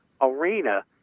arena